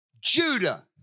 Judah